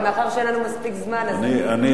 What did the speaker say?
אבל מאחר שאין לנו מספיק זמן אני אסתפק,